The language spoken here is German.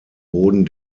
boden